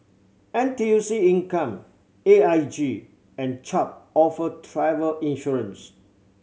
N T U C Income A I G and Chubb offer travel insurance